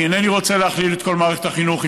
אינני רוצה להכליל את כל מערכת החינוך,